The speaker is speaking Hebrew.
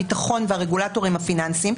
הביטחון והרגולטורים הפיננסיים,